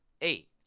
eight